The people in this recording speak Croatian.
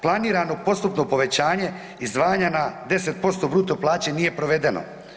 Planirano postupno povećanje izdvajanja na 10% bruto plaće nije provedeno.